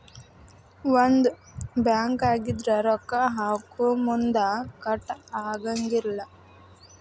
ಒಂದ ಬ್ಯಾಂಕ್ ಆಗಿದ್ರ ರೊಕ್ಕಾ ಹಾಕೊಮುನ್ದಾ ಕಟ್ ಆಗಂಗಿಲ್ಲಾ